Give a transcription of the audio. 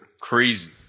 Crazy